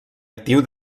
actiu